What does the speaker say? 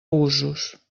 usos